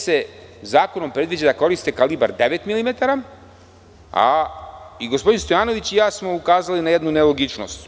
Zakonom se predviđa da koriste kalibar devet milimetara, a gospodin Stojanović i ja smo ukazali na jednu nelogičnost.